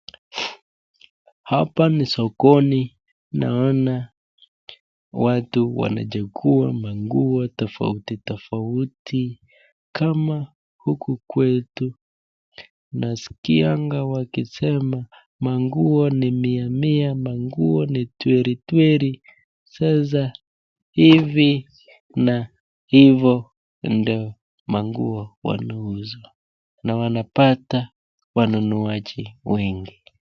Hapa ni soko naona watu wanachakua maguo maguo tafauti tafauti kama huku kwetu nasikuangaa wakisema maguo ni mia mia maguo ni twenty twenty sasa hivi na hivo ndio maguo wanauza na wanapata wanunuaji wengi.